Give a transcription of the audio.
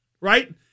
right